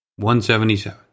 177